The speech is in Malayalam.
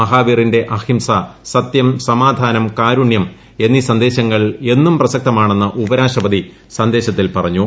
മഹാവീറിന്റെ അഹിംസ സത്യം സമാധാനം കാരുണ്യം എന്നീ സന്ദേശങ്ങൾ എന്നും പ്രസക്തമാണെന്ന് ഉപരാഷ്ട്രപതി സന്ദേശത്തിൽ പറഞ്ഞു